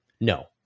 No